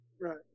Right